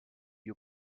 you